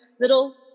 little